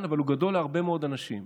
אבל הוא גדול להרבה מאוד אנשים.